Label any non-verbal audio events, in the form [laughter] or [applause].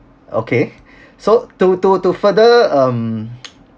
okay [breath] so to to to further um